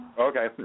Okay